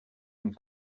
une